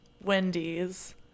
wendy's